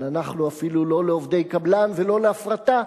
אבל אנחנו אפילו לא לעובדי קבלן ולא להפרטה,